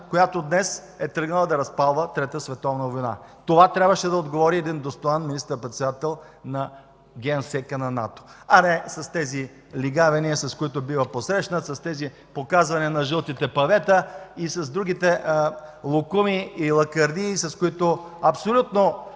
която днес е тръгнала да разпалва Трета световна война.” Това трябваше да отговори един достоен министър-председател на генсека на НАТО. А не с тези лигавения, с които бива посрещнат, с показване на жълтите павета и с другите локуми и лакърдии, с които българското